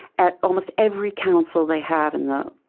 at almost every council they have in the